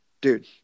Dude